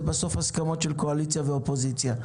זה בסוף הסכמות של קואליציה ואופוזיציה.